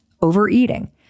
overeating